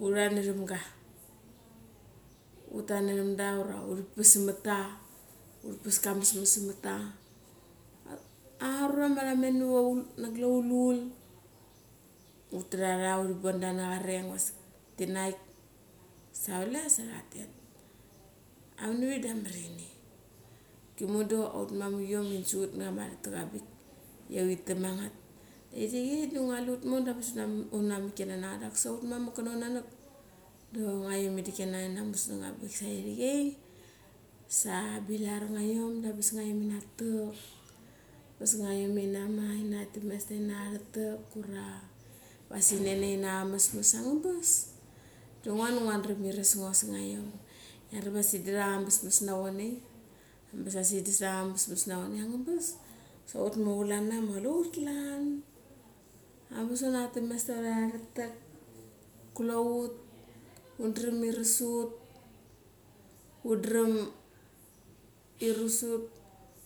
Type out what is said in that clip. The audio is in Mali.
Urat niramga. Utat niram da, ura uripas semet ta, uri pas kames mes semat ta. Anga rura mat tamet na glaulul, utra ra uri bon da na reng diwa thinaik sa kule sa ra tet. Arinivik dia amar ini doki mundu aun mamak iom in su ut ia uri tak ma ngat. Irichei da ngua lu ut moi da angabas utna mekina nangat. Kusek out mamak kana out nanak da ngadram indiki na ina mushnang arang bik. Sa iri chei sa bilar nga iom da angabas ina tak, angabas ina temes ta ina ara tak, ura vasik nanei inanga messmess angabas. Da ngo da ngua daram irasngo sa ngaiom ia i asik indat anga mess mess nachonei, ura asik indat anga mess mess na chonei, saut mo klana ma kule ut klan, angabas una themes ta ura ratak, kule ut undram ires ut,